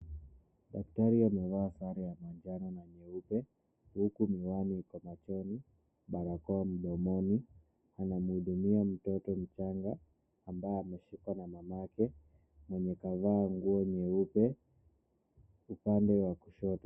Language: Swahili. Daktari amevaa sare ya manjano na nyeupe, huku miwani iko machoni, barakoa mdomoni. Anamhudumia mtoto mchanga ambaye ameshikwa na mamake mwenye kavaa nguo nyeupe upande wa kushoto.